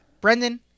Brendan